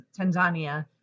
Tanzania